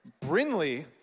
Brinley